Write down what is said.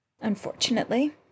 Unfortunately